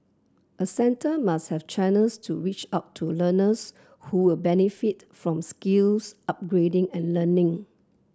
a centre must have channels to reach out to learners who will benefit from skills upgrading and learning